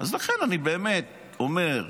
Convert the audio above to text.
לכן באמת אני אומר: